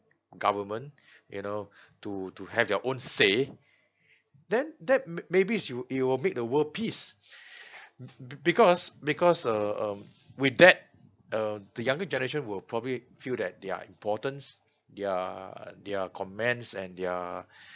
government you know to to have their own say then that m~ maybe it's will it'll make the world peace because because uh um with that uh the younger generation will probably feel that they are importance their their comments and their